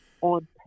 on